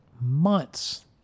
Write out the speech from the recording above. months